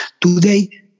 Today